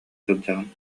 сылдьаҕын